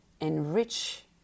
enrich